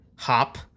hop